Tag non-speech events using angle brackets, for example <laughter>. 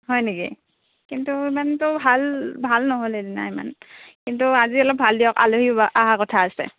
হয় নেকি কিন্তু ইমানটো ভাল ভাল নহ'ল সেইদিনা ইমান কিন্তু আজি অলপ ভাল দিয়ক আলহী <unintelligible> অহাৰ কথা আছে